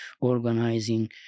organizing